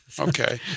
Okay